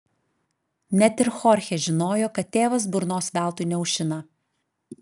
net ir chorchė žinojo kad tėvas burnos veltui neaušina